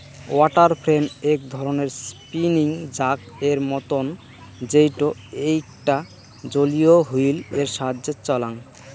water frame এক ধরণের spinning jack এর মতন যেইটো এইকটা জলীয় হুইল এর সাহায্যে চলাং